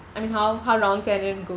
I mean how how long can it go